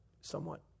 Somewhat